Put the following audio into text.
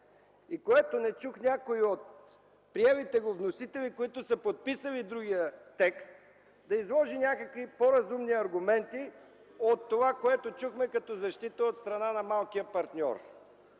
и което не чух някой от приелите го вносители, които са подписали другия текст, да изложи някакви по-разумни аргументи от това, което чухме като защита от страна на малкия партньор.